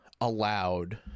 allowed